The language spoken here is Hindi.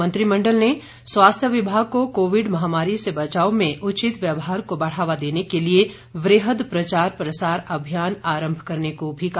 मंत्रिमंडल ने स्वास्थ्य विभाग को कोविड महामारी से बचाव में उचित व्यवहार को बढ़ावा देने के लिए वृहद प्रचार प्रसार अभियान आरम्भ करने को भी कहा